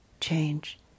change